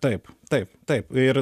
taip taip taip ir